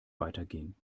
weitergehen